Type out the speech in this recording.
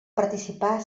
participar